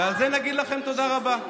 ועל זה נגיד לכם תודה רבה.